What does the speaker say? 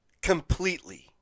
completely